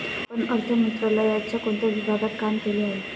आपण अर्थ मंत्रालयाच्या कोणत्या विभागात काम केले आहे?